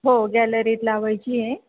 हो गॅलरीत लावायची आहे